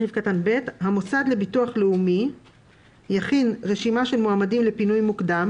" המוסד לביטוח לאומי יכין רשימה של מועמדים לפינוי מוקדם,